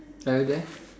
are you there